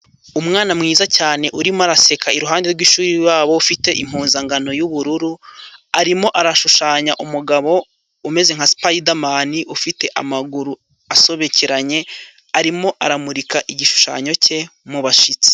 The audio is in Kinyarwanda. Umwana mwiza cyane urimo araseka iruhande rw'ishuri ryabo ufite impuzangano y'ubururu, arimo arashushanya umugabo umeze nka supayidamani, ufite amaguru asobekeranye, arimo aramurika igishushanyo cye mubashyitsi.